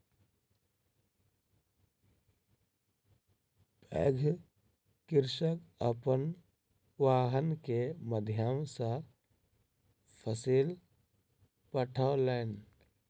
पैघ कृषक अपन वाहन के माध्यम सॅ फसिल पठौलैन